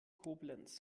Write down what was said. koblenz